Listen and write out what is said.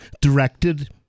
directed